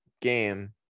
game